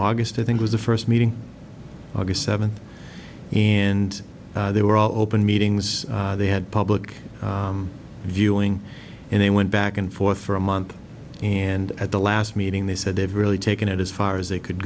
august i think was the first meeting august seventh and they were all open meetings they had public viewing and they went back and forth for a month and at the last meeting they said they've really taken it as far as they could